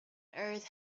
earth